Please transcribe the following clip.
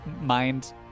mind